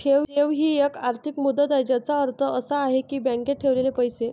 ठेव ही एक आर्थिक मुदत आहे ज्याचा अर्थ असा आहे की बँकेत ठेवलेले पैसे